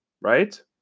right